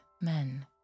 men